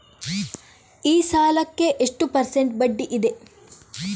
ಈ ಸಾಲಕ್ಕೆ ಎಷ್ಟು ಪರ್ಸೆಂಟ್ ಬಡ್ಡಿ ಇದೆ?